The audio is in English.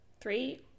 three